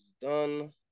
done